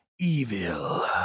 evil